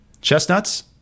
Chestnuts